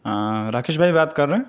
ہاں راکیش بھائی بات کر رہے ہیں